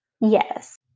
Yes